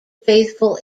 faithful